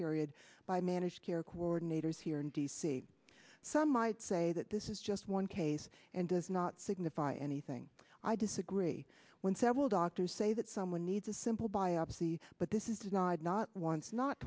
period by managed care coordinators here in d c some might say that this is just one case and does not signify anything i disagree when several doctors say that someone needs a simple biopsy but this is not not once not